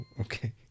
okay